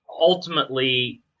ultimately